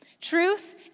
Truth